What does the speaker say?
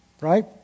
Right